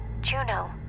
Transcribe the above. Juno